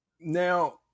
Now